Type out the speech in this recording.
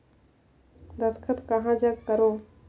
दस्खत कहा जग करो?